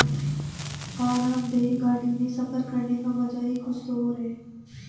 आरामदेह गाड़ी में सफर करने का मजा ही कुछ और है